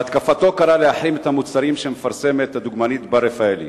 בהתקפתו קרא להחרים את המוצרים שמפרסמת הדוגמנית בר רפאלי.